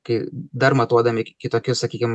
kai dar matuodami kitokius sakykim